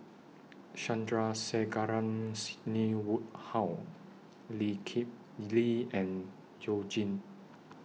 Sandrasegaran Sidney Woodhull Lee Kip Lee and YOU Jin